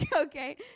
okay